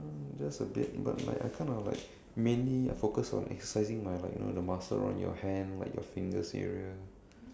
just a bit but like I kind of like mainly I focus on exercising my like you know the muscle on your hand like your fingers area